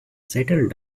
settled